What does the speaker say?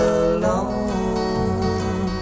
alone